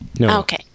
Okay